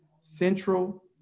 Central